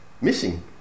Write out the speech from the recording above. missing